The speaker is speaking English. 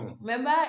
Remember